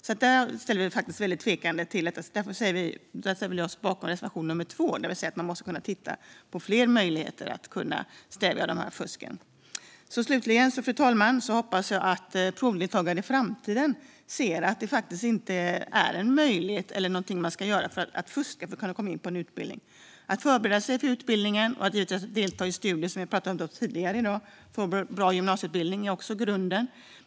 Därför ställer vi oss bakom reservation nummer 2, där vi säger att man måste kunna titta på fler möjligheter att stävja fusket. Slutligen, fru talman, hoppas jag att provdeltagare i framtiden ser att det faktiskt inte är en möjlighet, eller någonting man ska göra, att fuska för att komma in på en utbildning. Grunden är att förbereda sig för utbildningen och givetvis att delta i de studier som vi har pratat om tidigare i dag. En bra gymnasieutbildning är också grunden.